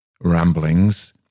ramblings